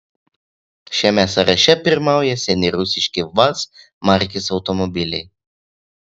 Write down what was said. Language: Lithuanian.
šiame sąraše pirmauja seni rusiški vaz markės automobiliai